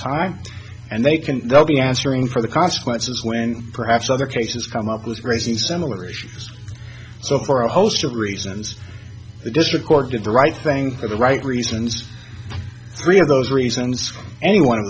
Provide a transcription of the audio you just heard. time and they can be answering for the consequences when perhaps other cases come up with raising similar issues so for a host of reasons the district court did the right thing for the right reasons three of those reasons for any one of